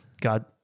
God